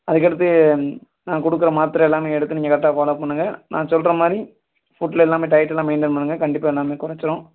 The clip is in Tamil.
அதுக்கு அடுத்து நான் கொடுக்குற மாத்திர எல்லாம் எடுத்து நீங்கள் கரெக்டாக ஃபாலோ பண்ணுங்கள் நான் சொல்கிற மாதிரி ஃபுட்டில் எல்லாம் டையட்டுலாம் மெயின்டைன் பண்ணுங்கள் கண்டிப்பாக எல்லாம் குறைச்சிரும்